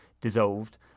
dissolved